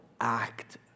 act